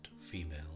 female